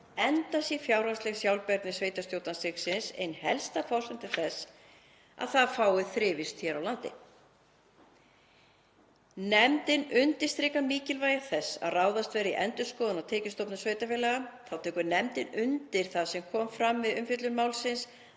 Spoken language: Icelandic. enda sé fjárhagsleg sjálfbærni sveitarstjórnarstigsins ein helsta forsenda þess að það fái þrifist hér á landi. Nefndin undirstrikar mikilvægi þess að ráðist verði í endurskoðun á tekjustofnum sveitarfélaga. Þá tekur nefndin undir það sem fram kom við umfjöllun málsins